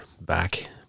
back